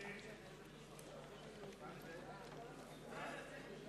ההסתייגות של חבר הכנסת יואל חסון לסעיף 03,